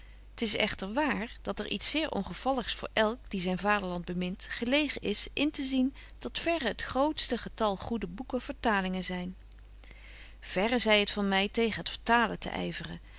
t is echter wààr dat er iets zeer ongevalligs voor elk die zyn vaderland bemint gelegen is in te zien dat verre het grootste getal goede boeken vertalingen zyn verre zy het van my tegen het vertalen te yveren